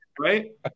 right